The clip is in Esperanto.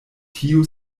tiu